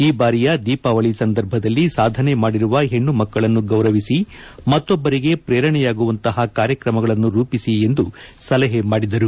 ಈ ಬಾರಿಯ ದೀಪಾವಳಿ ಸಂದರ್ಭದಲ್ಲಿ ಸಾಧನೆ ಮಾಡಿರುವ ಹೆಣ್ಣು ಮಕ್ಕಳನ್ನು ಗೌರವಿಸಿ ಮತ್ತೊಬ್ಬರಿಗೆ ಪ್ರೇರಣೆಯಾಗುವಂತಹ ಕಾರ್ಯಕ್ರಮಗಳನ್ನು ರೂಪಿಸಿ ಎಂದು ಸಲಹೆ ಮಾಡಿದರು